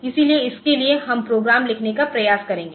इसलिए इसके लिए हम प्रोग्राम लिखने का प्रयास करेंगे